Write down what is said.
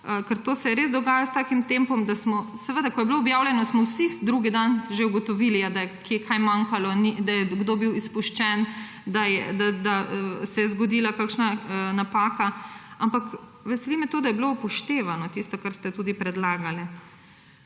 ker to se je res dogajalo s takim tempom – ko je bilo objavljeno, vsi drugi dan že ugotovili, da je kje kaj manjkalo, da je bil kdo izpuščen, da se je zgodila kakšna napaka. Ampak veseli me to, da je bilo upoštevano tisto, kar ste tudi predlagali.